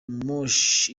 moshi